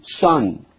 son